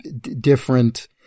different